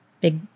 big